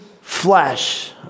flesh